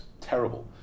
terrible